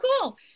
cool